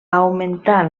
augmentar